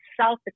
South